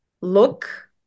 look